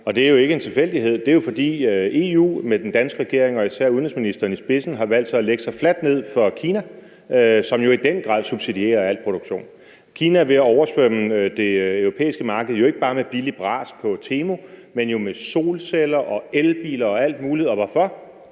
det er jo ikke en tilfældighed. Det er jo, fordi EU med den danske regering og især udenrigsministeren i spidsen har valgt at lægge sig fladt ned for Kina, som jo i den grad subsidierer al produktion. Kina er ved at oversvømme det europæiske marked, jo ikke bare med billigt bras på Temu, men jo med solceller og elbiler og alt muligt. Og hvorfor